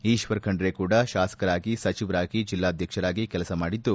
ಈಶ್ವರ್ ಖಂಡ್ರೆ ಕೂಡ ಶಾಸಕರಾಗಿ ಸಚಿವರಾಗಿ ಜಿಲ್ಲಾಧ್ವಕ್ಷರಾಗಿ ಕೆಲಸ ಮಾಡಿದ್ದು